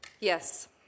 yes